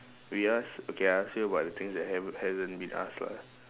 we ask okay I ask you about the things that haven't hasn't been ask lah